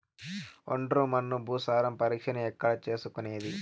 ఒండ్రు మన్ను భూసారం పరీక్షను ఎక్కడ చేసుకునేది?